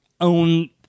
own